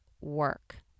work